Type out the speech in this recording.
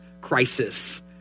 crisis